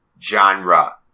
genre